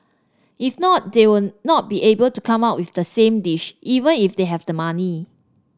if not they will not be able to come up with the same dish even if they have the money